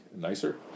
nicer